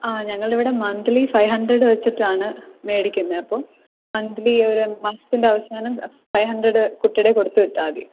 ആ ഞങ്ങൾ ഇവിടെ മന്ത്ലി ഫൈവ് ഹൺഡ്രഡ് വെച്ചിട്ടാണ് മേടിക്കുന്നത് അപ്പോൾ മന്ത്ലി ഒരു മാസത്തിൻ്റെ അവസാനം ഫൈവ് ഹൺഡ്രഡ് കുട്ടിയുടെ കയ്യിൽ കൊടുത്ത് വിട്ടാൽ മതി